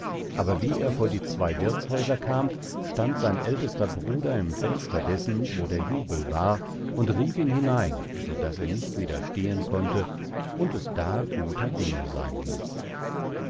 aber wie er vor die zwei wirthshäuser kam stand sein ältester bruder im fenster dessen wo der jubel war und rief ihn hinein so daß er nicht widerstehen konnte und es da guter dinge seyn ließ